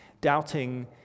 Doubting